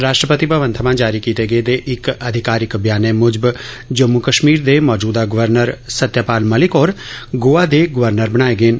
राष्ट्रपति भवन थमां जारी कीते गेदे इक अधिकारिक बयानै मुजब जम्मू कश्मीर दे मौजूदा गवर्नर सत्यपाल मलिक होर गोवा दे गवर्नर बनाए गेन